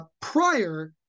prior